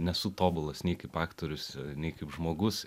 nesu tobulas nei kaip aktorius nei kaip žmogus